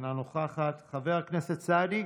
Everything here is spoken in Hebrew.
אינה נוכחת, חבר הכנסת סעדי,